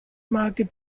market